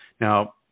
Now